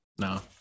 No